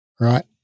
right